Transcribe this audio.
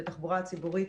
שהתחבורה הציבורית